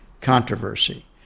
controversy